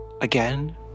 Again